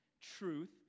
truth